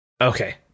Okay